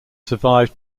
survived